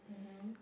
mmhmm